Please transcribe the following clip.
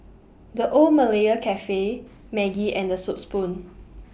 The Old Malaya Cafe Maggi and The Soup Spoon